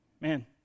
man